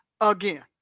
again